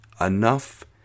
Enough